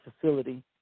facility